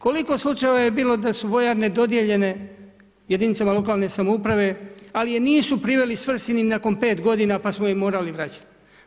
Koliko slučajeva je bilo da su vojarne dodijeljene jedinicama lokalne samouprave, ali je nisu priveli svrsi ni nakon 5 godina pa smo je morali vraćati.